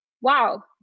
wow